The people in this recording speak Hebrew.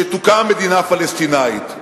שתוקם מדינה פלסטינית.